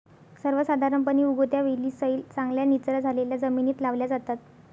सर्वसाधारणपणे, उगवत्या वेली सैल, चांगल्या निचरा झालेल्या जमिनीत लावल्या जातात